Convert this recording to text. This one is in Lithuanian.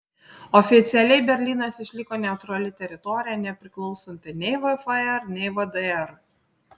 oficialiai berlynas išliko neutrali teritorija nepriklausanti nei vfr nei vdr